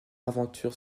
aventure